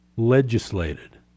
legislated